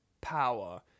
power